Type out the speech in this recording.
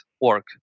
work